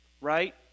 Right